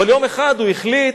אבל יום אחד הוא החליט